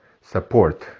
support